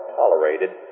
tolerated